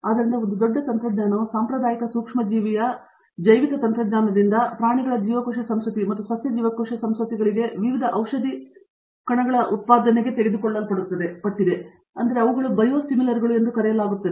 ಆದ್ದರಿಂದ ಒಂದು ದೊಡ್ಡ ತಂತ್ರಜ್ಞಾನವು ಸಾಂಪ್ರದಾಯಿಕ ಸೂಕ್ಷ್ಮಜೀವಿಯ ಜೈವಿಕ ತಂತ್ರಜ್ಞಾನದಿಂದ ಪ್ರಾಣಿಗಳ ಜೀವಕೋಶ ಸಂಸ್ಕೃತಿಗಳು ಮತ್ತು ಸಸ್ಯ ಜೀವಕೋಶ ಸಂಸ್ಕೃತಿಗಳಿಗೆ ವಿವಿಧ ಔಷಧಿ ಕಣಗಳ ಉತ್ಪಾದನೆಗೆ ತೆಗೆದುಕೊಳ್ಳಲ್ಪಟ್ಟಿದೆ ಆದ್ದರಿಂದ ಅವುಗಳು ಬಯೋಸಿಮಿಲರುಗಳು ಎಂದು ಕರೆಯಲಾಗುತ್ತದೆ